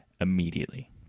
immediately